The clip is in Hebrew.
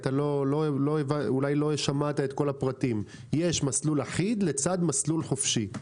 יש מסלול אחיד לצד מסלול חופשי.